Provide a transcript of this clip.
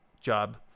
job